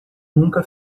nunca